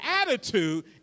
attitude